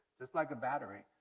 just like a battery.